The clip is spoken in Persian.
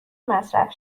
مصرف